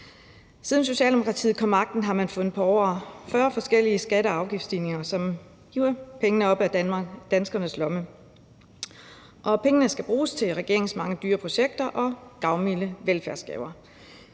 Siden Socialdemokratiet kom til magten, har man fundet på over 40 forskellige skatte- og afgiftsstigninger, som hiver penge op af danskernes lommer, og pengene skal bruges til regeringens mange dyre projekter og gavmilde velfærdsgaver.